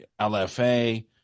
lfa